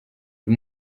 iyo